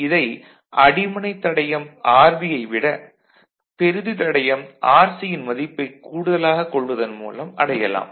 இதை அடிமனை தடையம் RB யை விட பெறுதி தடையம் RC யின் மதிப்பைக் கூடுதலாக கொள்வதன் மூலம் அடையலாம்